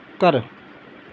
ਘਰ